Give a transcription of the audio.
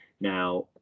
Now